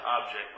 object